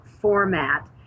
format